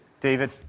David